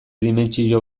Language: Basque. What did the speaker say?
dimentsio